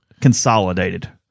consolidated